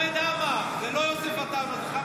חוה